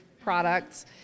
products